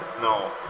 No